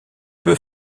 peu